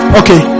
okay